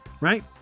right